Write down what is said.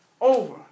over